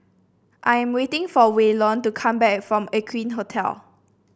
I am waiting for Waylon to come back from Aqueen Hotel